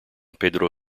pedro